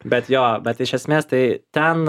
bet jo bet iš esmės tai ten